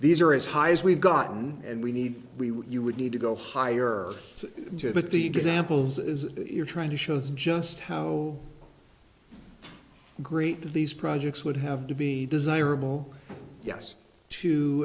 these are as high as we've gotten and we need we what you would need to go higher to but the examples is you're trying to shows just how great these projects would have to be desirable yes to